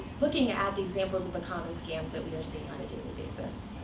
looking at the examples of the common scams that we are seeing on a daily basis.